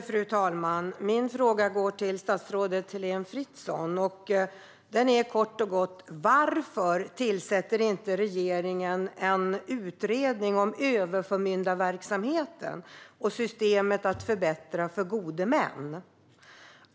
Fru talman! Min fråga går till statsrådet Heléne Fritzon. Den är kort och gott: Varför tillsätter regeringen inte en utredning om överförmyndarverksamheten för en förbättring av systemet med gode män?